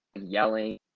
yelling